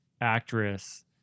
actress